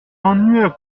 ennuierai